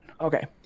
okay